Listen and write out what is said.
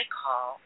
call